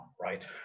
right